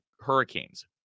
Hurricanes